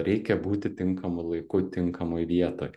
reikia būti tinkamu laiku tinkamoj vietoj